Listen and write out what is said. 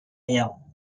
rien